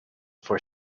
for